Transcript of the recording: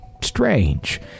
strange